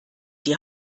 die